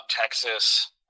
Texas –